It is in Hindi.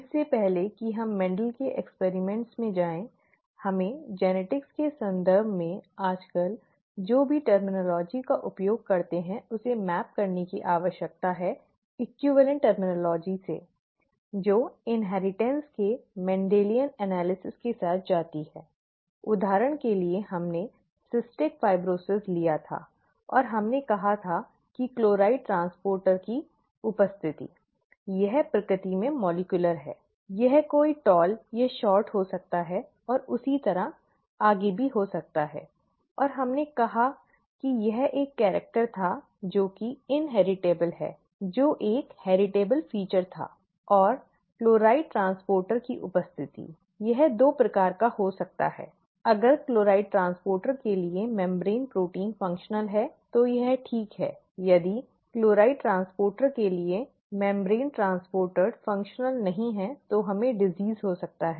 इससे पहले कि हम मेंडेल के प्रयोगों में जाएं हमें आनुवांशिकी के संदर्भ में आजकल जो भी शब्दावली का उपयोग करते हैं उसे मैप करने की आवश्यकता है समकक्ष शब्दावली से जो इन्हेरिटन्स के मेंडेलियन विश्लेषण के साथ जाती है उदाहरण के लिए हमने सिस्टिक फाइब्रोसिस लिया था और हमने कहा कि क्लोराइड ट्रांसपोर्टर की उपस्थिति यह प्रकृति में आणविक है यह कोई लंबा और छोटा हो सकता है और इसी तरह आगे भी हो सकता है और हमने कहा कि यह एक कैरिक्टर था जो कि इनहेरिटेबल है जो एक हेरिटबल विशेषता थी और क्लोराइड ट्रांसपोर्टर की उपस्थिति यह दो प्रकार का हो सकता है अगर क्लोराइड ट्रांसपोर्टर के लिए झिल्ली प्रोटीन कार्यात्मक है तो यह ठीक है यदि क्लोराइड ट्रांसपोर्टर के लिए झिल्ली ट्रांसपोर्टर कार्यात्मक नहीं है तो हमें रोग हो जाता है